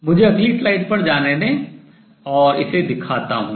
मुझे अगली स्लाइड पर जाने दें और इसे दिखाता हूँ